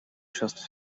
trusted